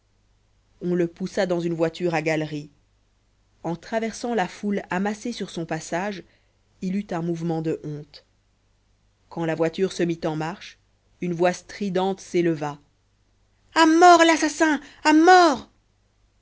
on le poussa dans une voiture à galerie en traversant la foule amassée sur son passage il eut un mouvement de honte quand la voiture se mit en marche une voix stridente s'éleva à mort l'assassin à mort